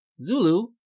Zulu